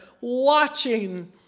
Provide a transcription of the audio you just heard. watching